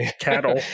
cattle